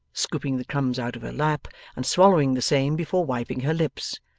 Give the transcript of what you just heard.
scooping the crumbs out of her lap and swallowing the same before wiping her lips.